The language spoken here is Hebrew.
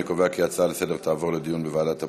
אני קובע כי ההצעה לסדר-היום תועבר לדיון בוועדת הפנים.